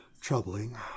troubling